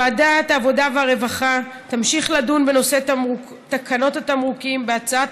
ועדת העבודה והרווחה תמשיך לדון בנושא תקנות התמרוקים בהצעת